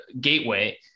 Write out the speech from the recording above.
gateway